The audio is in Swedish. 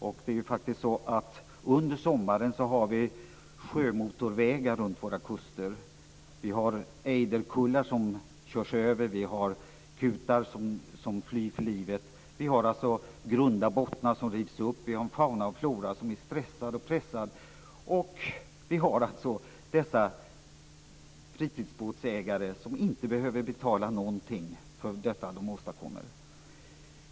Under sommaren har vi faktiskt sjömotorvägar längs våra kuster. Ejderkullar körs över, kutar flyr för livet och grunda bottnar rivs upp. Faunan och floran är stressade och pressade. Vi har fritidsbåtsägare som inte behöver betala någonting för det som de åstadkommer.